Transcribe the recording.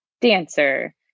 dancer